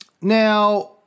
Now